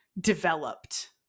developed